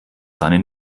seine